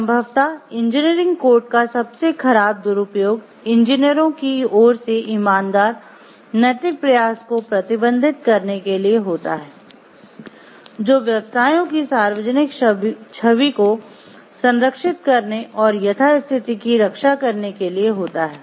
संभवतः engineering code का सबसे खराब दुरुपयोग इंजीनियरों की ओर से ईमानदार नैतिक प्रयास को प्रतिबंधित करने के लिए होता है जो व्यवसायों की सार्वजनिक छवि को संरक्षित करने और यथास्थिति की रक्षा करने के लिए होता है